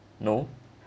no